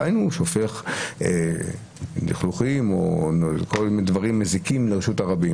דהיינו הוא שופך לכלוך או כל מיני דברים מזיקים לרשות הרבים,